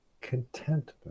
contentment